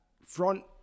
front